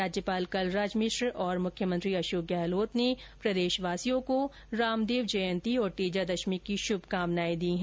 राज्यपाल कलराज मिश्र और मुख्यमंत्री अशोक गहलोत ने प्रदेशवासियों को रामदेव जयंती और तेजादशमी की श्भकामनाएं दी हैं